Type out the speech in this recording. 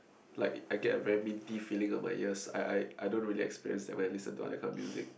like I get a very minty feeling on my ears I I I don't really experience that when I listen to other kind of music